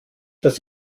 das